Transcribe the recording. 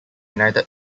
united